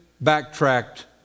backtracked